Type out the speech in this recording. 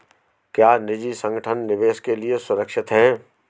क्या निजी संगठन निवेश के लिए सुरक्षित हैं?